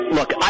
Look